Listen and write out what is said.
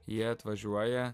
jie atvažiuoja